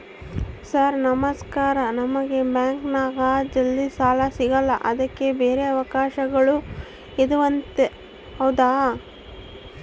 Sir ನಮಸ್ಕಾರ ನಮಗೆ ಬ್ಯಾಂಕಿನ್ಯಾಗ ಜಲ್ದಿ ಸಾಲ ಸಿಗಲ್ಲ ಅದಕ್ಕ ಬ್ಯಾರೆ ಅವಕಾಶಗಳು ಇದವಂತ ಹೌದಾ?